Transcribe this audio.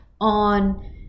on